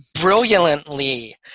brilliantly